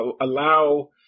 allow